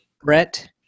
Brett